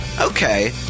Okay